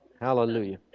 hallelujah